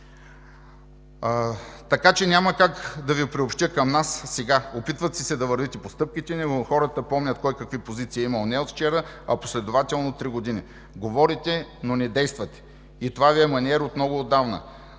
„за“. Няма как да Ви приобщя към нас сега. Опитвате се да вървите по стъпките ни, но хората помнят кой какви позиции е имал не от вчера, а последователно три години. Говорите, но не действате и това Ви е маниер от много отдавна.